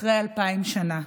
אחרי אלפיים שנה,